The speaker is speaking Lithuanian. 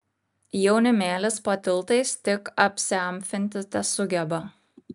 jaunimėlis po tiltais tik apsiamfinti tesugeba